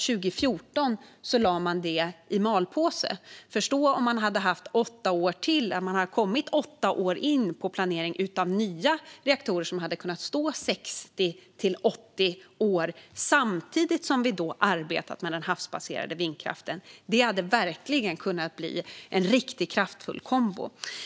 År 2014 lade man det i malpåse. Tänk om man hade haft åtta år till och kommit åtta år in på planeringen av nya reaktorer som hade kunnat stå 60-80 år samtidigt som vi arbetat med den havsbaserade vindkraften. Det hade verkligen kunnat bli en riktigt kraftfull kombo.